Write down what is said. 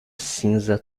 cinza